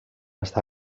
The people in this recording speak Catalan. està